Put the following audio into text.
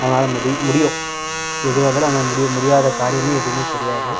அவனால் முடி முடியும் எதுவாக இருந்தாலும் அவனால் முடியும் முடியாத காரியமே எதுவுமே கிடையாது